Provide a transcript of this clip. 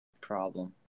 problem